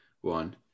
one